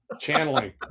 Channeling